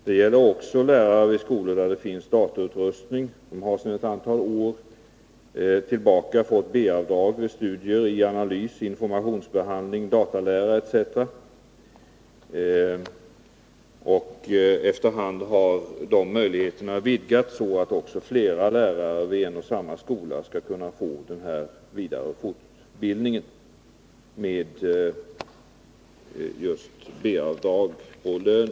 Det gäller också lärare vid skolor där det finns datautrustning. De har sedan ett antal år tillbaka fått B-avdrag vid studier i analys, informationsbehandling, datalära etc. Efter hand har de möjligheterna vidgats, så att också flera lärare vid en och samma skola skall kunna få den här vidareoch fortbildningen med just B-avdrag på lönen.